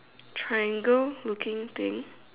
triangle looking thing